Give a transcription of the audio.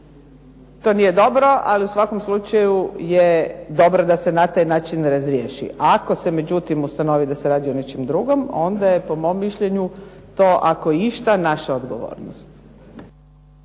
to nije dobro ali u svakom slučaju je dobro da se na taj način razriješi. A ako se međutim ustanovi da se radi o nečemu drugom onda je po mom mišljenju to ako išta naša odgovornost.